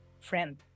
friend